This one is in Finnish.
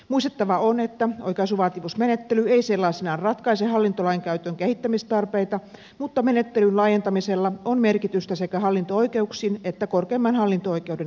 muistettava on että oikaisuvaatimusmenettely ei sellaisenaan ratkaise hallintolainkäytön kehittämistarpeita mutta menettelyn laajentamisella on merkitystä sekä hallinto oikeuksien että korkeimman hallinto oikeuden asemaan